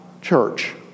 church